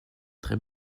très